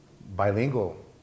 Bilingual